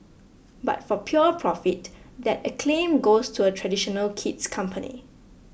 but for pure profit that acclaim goes to a traditional kid's company